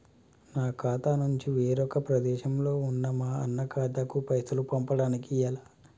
నా ఖాతా నుంచి వేరొక ప్రదేశంలో ఉన్న మా అన్న ఖాతాకు పైసలు పంపడానికి ఎలా?